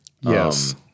yes